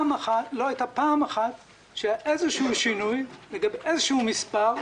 לא הייתה פעם אחת שחל איזשהו שינוי לגבי איזשהו מספר,